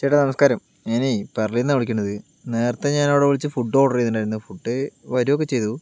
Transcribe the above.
ചേട്ടാ നമസ്കാരം ഞാനേ പറളീന്നാ വിളിയ്ക്കുന്നത് നേരത്തെ ഞാൻ അവിടെ വിളിച്ച് ഫുഡ് ഓർഡർ ചെയ്തിട്ടുണ്ടായിരുന്നു ഫുഡ് വരുകയൊക്കെ ചെയ്തു